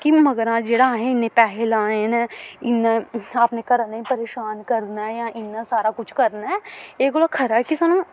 कि मगरा जेह्ड़ा असें इन्ने पैहे लाने न इन्ना अपने घरै आह्लें गी परेशान करना ऐ जां इन्ना सारा कुछ करना ऐ एह्दे कोला खरा कि सानूं